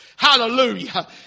Hallelujah